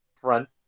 front